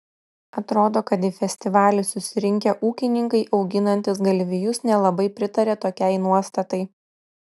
atrodo kad į festivalį susirinkę ūkininkai auginantys galvijus nelabai pritaria tokiai nuostatai